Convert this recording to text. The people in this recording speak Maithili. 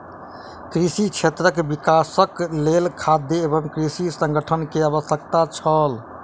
कृषि क्षेत्रक विकासक लेल खाद्य एवं कृषि संगठन के आवश्यकता छल